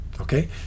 okay